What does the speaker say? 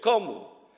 Komu?